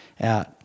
out